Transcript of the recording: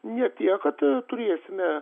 ne tiek kad turėsime